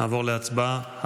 נעבור להצבעה.